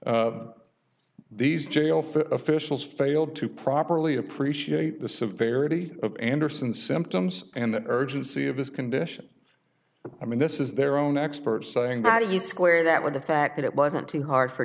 says these jail for officials failed to properly appreciate the severity of anderson symptoms and the urgency of his condition i mean this is their own experts saying that if you square that with the fact that it wasn't too hard for